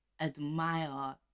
Admire